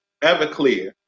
Everclear